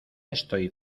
estoy